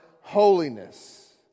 holiness